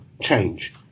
change